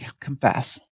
confess